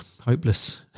hopeless